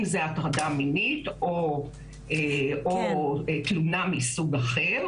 זו הטרדה מינית או תלונה מסוג אחר,